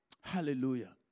Hallelujah